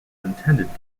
intended